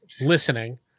listening